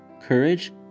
courage